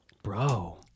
Bro